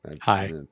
Hi